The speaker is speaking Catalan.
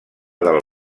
del